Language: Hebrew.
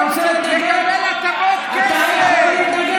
באנו לפה, יאללה, קדימה.